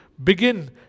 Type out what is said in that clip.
Begin